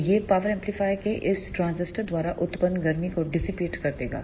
तो यह power amplifier के इस ट्रांजिस्टर द्वारा उत्पन्न गर्मी को डिसीपेट कर देगा